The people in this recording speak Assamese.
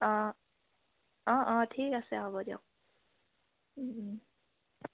অঁ অঁ অঁ ঠিক আছে হ'ব দিয়ক